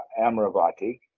Amravati